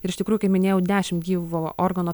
ir iš tikrųjų kaip minėjau dešim gyvo organo